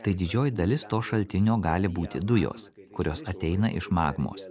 tai didžioji dalis to šaltinio gali būti dujos kurios ateina iš magmos